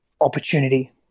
opportunity